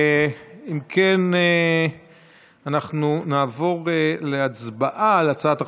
אם כן, אנחנו נעבור להצבעה על הצעת החוק.